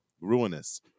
ruinous